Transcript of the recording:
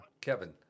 Kevin